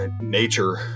nature